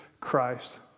Christ